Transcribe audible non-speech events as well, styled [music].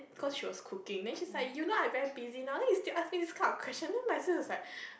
cause she was cooking then she's like you know I'm very busy now then you still ask me this kind of question then my sis was like [breath]